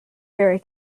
very